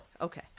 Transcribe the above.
Okay